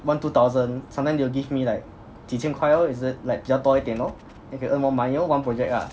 one two thousand sometimes they will give me like 几千块咯有时 like 比较多一点咯 then you can earn more money loh one project lah